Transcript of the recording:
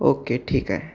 okay ठीक आहे